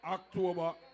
October